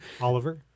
Oliver